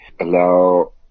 allow